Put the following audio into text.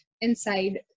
inside